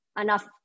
enough